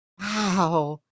wow